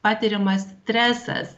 patiriamas stresas